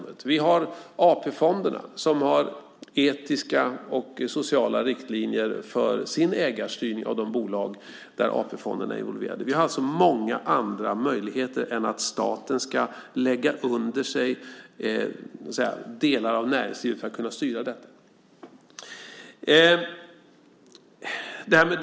Exempel på detta är AP-fonderna som har etiska och sociala riktlinjer för sin ägarstyrning av de bolag där de är involverade. Vi har alltså många andra möjligheter att kunna styra detta än genom att staten lägger under sig delar av näringslivet.